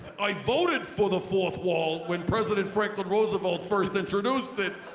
i voted for the fourth wall when president franklin roosevelt first introduced it.